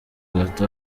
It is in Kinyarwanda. hagati